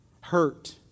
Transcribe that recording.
hurt